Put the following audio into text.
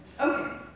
Okay